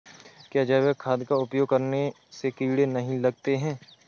क्या जैविक खाद का उपयोग करने से कीड़े नहीं लगते हैं?